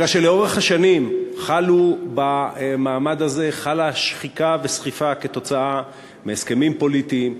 אלא שלאורך השנים חלה במעמד הזה שחיקה וסחיפה כתוצאה מהסכמים פוליטיים,